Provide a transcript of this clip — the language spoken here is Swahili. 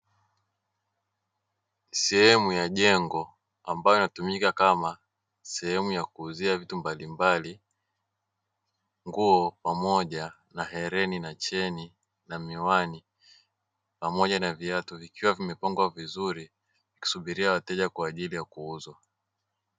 Sehemu ya jengo ambayo inatumika kama sehemu ya kuuzia vitu mbali mbali nguo pamoja na hereni nacheni na miwani pamoja na viatu vikiwa vimepangwa vizuri vikisubiria wateja kwa ajili ya kuuzwa.